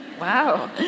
Wow